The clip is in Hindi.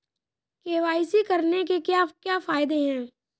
के.वाई.सी करने के क्या क्या फायदे हैं?